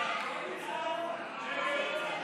העברת סמכויות משר לשר נתקבלה.